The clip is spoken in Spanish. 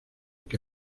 que